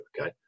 okay